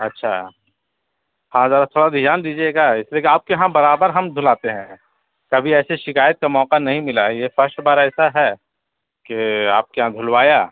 اچھا ہاں ذرا تھوڑا دھیان دیجیے گا اس لیے کہ آپ کے یہاں برابر ہم دھلاتے ہیں کبھی ایسے شکایت کا موقع نہیں ملا یہ فرسٹ بار ایسا ہے کہ آپ کے یہاں دھلوایا